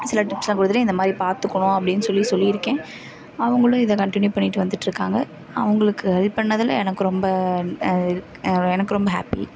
சில டிப்ஸ்லாம் கொடுத்துட்டு இந்த மாதிரி பார்த்துக்கணும் அப்படின்னு சொல்லி சொல்லிருக்கேன் அவங்களும் இதை கன்டினியூ பண்ணிட்டு வந்துட்டு இருக்காங்க அவங்களுக்கு ஹெல்ப் பண்ணதில் எனக்கு ரொம்ப எனக்கு ரொம்ப ஹாப்பி